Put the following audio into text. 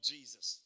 Jesus